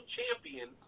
Champion